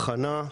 בחנה,